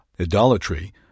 idolatry